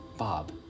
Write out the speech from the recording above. Bob